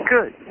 Good